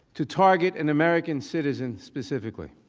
to target in american citizens specifically